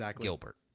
Gilbert